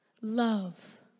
Love